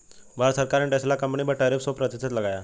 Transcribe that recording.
भारत सरकार ने टेस्ला कंपनी पर टैरिफ सो प्रतिशत लगाया